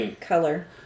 color